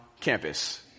campus